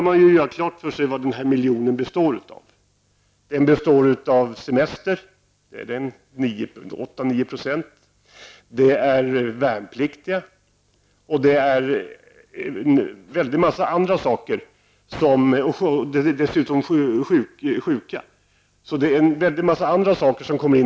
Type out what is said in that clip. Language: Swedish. Man bör göra klart för sig vad den miljonen består av. Den består av människor som har semester -- det är 8--9 %. Den består av värnpliktiga och sjuka. Det finns en mängd andra orsaker.